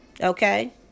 Okay